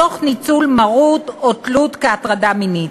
תוך ניצול מרות או תלות, כהטרדה מינית.